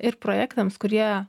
ir projektams kurie